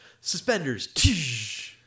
suspenders